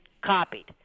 copied